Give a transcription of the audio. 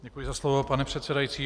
Děkuji za slovo, pane předsedající.